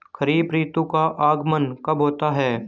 खरीफ ऋतु का आगमन कब होता है?